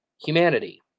humanity